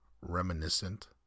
reminiscent